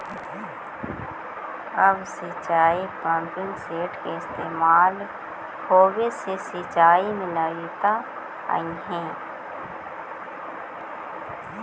अब सिंचाई में पम्पिंग सेट के इस्तेमाल होवे से सिंचाई में नवीनता अलइ हे